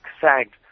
sagged